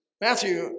Matthew